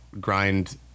grind